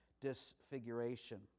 disfiguration